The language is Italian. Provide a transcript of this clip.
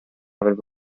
avrebbe